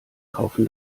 kaufen